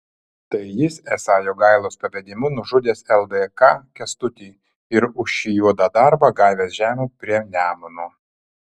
tai jis esą jogailos pavedimu nužudęs ldk kęstutį ir už šį juodą darbą gavęs žemių prie nemuno